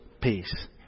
peace